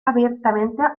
abiertamente